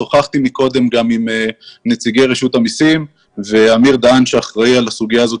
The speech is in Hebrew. שוחחתי קודם גם עם נציגי רשות המסים ואמיר דהן שאחראי על הסוגיה הזאת,